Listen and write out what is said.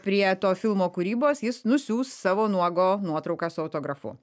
prie to filmo kūrybos jis nusiųs savo nuogo nuotrauką su autografu